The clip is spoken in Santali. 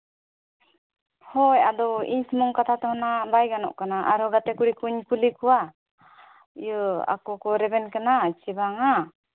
ᱦᱳᱭ ᱟᱫᱚ ᱤᱧ ᱥᱩᱢᱩᱝ ᱠᱟᱛᱷᱟ ᱛᱮᱦᱚᱸ ᱢᱟ ᱵᱟᱭ ᱜᱟᱱᱚᱜ ᱠᱟᱱᱟ ᱟᱨᱚ ᱜᱟᱛᱮ ᱠᱩᱲᱤ ᱠᱩᱧ ᱠᱩᱞᱤ ᱠᱚᱣᱟ ᱤᱭᱟᱹ ᱟᱠᱚ ᱠᱚ ᱨᱮᱵᱮᱱ ᱠᱟᱱᱟ ᱪᱮ ᱵᱟᱝᱟ